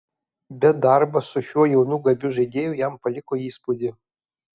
bet darbas su šiuo jaunu gabiu žaidėju jam paliko įspūdį